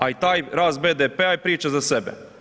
A i taj rast BDP-a je priča za sebe.